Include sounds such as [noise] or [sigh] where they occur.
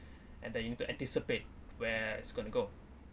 [breath] and then you need to anticipate where it's going to go